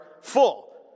full